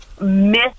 miss